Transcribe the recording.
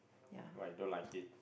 why you don't like it